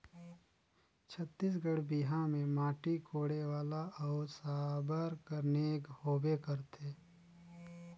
छत्तीसगढ़ी बिहा मे माटी कोड़े वाला अउ साबर कर नेग होबे करथे